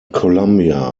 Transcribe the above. columbia